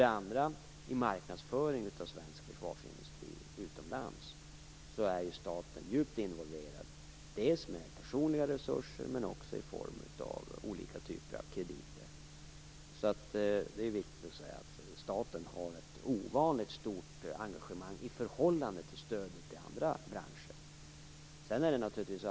Det gäller också marknadsföringen av svensk försvarsindustri utomlands, där staten är djupt involverad, dels med personliga resurser, dels i form av olika typer av krediter. Staten har alltså här, i förhållande till stödet till andra branscher, ett ovanligt stort engagemang.